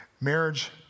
Marriage